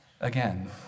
again